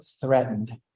threatened